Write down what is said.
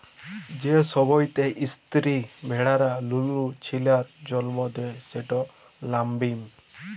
যে সময়তে ইস্তিরি ভেড়ারা লুলু ছিলার জল্ম দেয় সেট ল্যাম্বিং